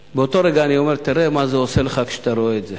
ובאותו רגע אני אומר: תראה מה זה עושה לך כשאתה רואה את זה.